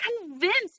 convinced